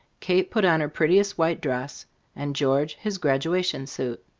kate put on her prettiest white dress and george his graduation suit.